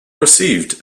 received